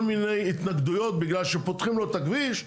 מיני התנגדויות בגלל שפותחים לו את הכביש,